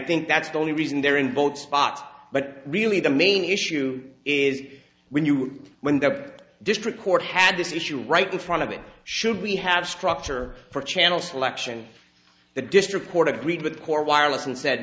think that's the only reason they're in both spots but really the main issue is when you when the district court had this issue right in front of it should we have structure for channel selection the district court agreed with core wireless and said